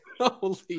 Holy